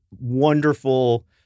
wonderful